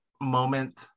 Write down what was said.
moment